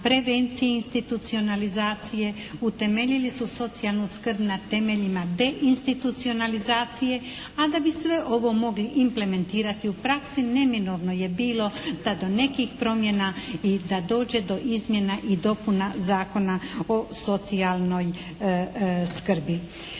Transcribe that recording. prevencije institucionalizacije, utemeljili su socijalnu skrb na temeljima deinstitucionalizacije. A da bi sve ovo mogli implementirati u praksi neminovno je bilo da do nekih promjena i da dođe do izmjena i dopuna Zakona o socijalnoj skrbi.